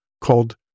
called